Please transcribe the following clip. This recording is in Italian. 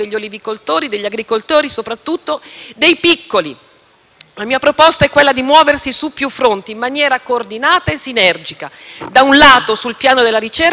La mia proposta è quella di muoversi su più fronti in maniera coordinata e sinergica, da un lato sul piano della ricerca, alla quale devono essere destinati fondi adeguati dal Governo,